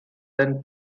then